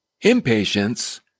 impatience